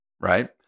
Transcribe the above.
Right